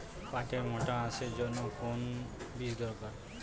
পাটের মোটা আঁশের জন্য কোন বীজ দরকার?